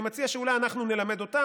אני מציע שאולי אנחנו נלמד אותם,